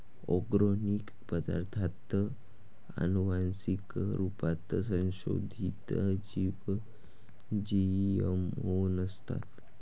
organic पदार्ताथ आनुवान्सिक रुपात संसोधीत जीव जी.एम.ओ नसतात